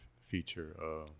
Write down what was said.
feature